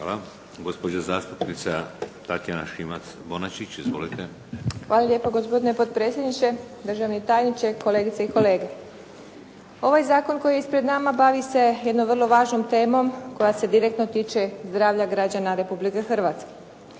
Hvala. Gospođa zastupnica Tatjana Šimac-Bonačić. **Šimac Bonačić, Tatjana (SDP)** Hvala lijepo gospodine potpredsjedniče, državni tajniče, kolegice i kolege. Ovaj zakon koji je ispred nas, bavi se jednom vrlo važnom temom koja se direktno tiče zdravlja građana Republike Hrvatske.